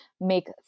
make